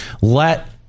Let